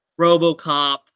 RoboCop